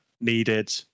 needed